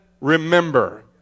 remember